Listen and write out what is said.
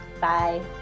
Bye